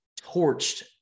torched